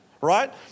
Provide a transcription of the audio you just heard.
right